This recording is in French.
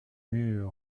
murs